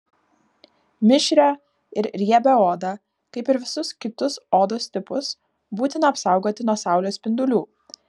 mišrią ir riebią odą kaip ir visus kitus odos tipus būtina apsaugoti nuo saulės spindulių